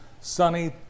sunny